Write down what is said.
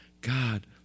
God